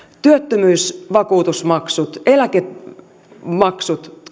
työttömyysvakuutusmaksut eläkemaksut